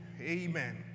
Amen